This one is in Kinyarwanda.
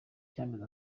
cy’amezi